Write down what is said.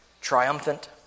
triumphant